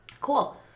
Cool